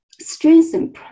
strengthen